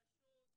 פשוט.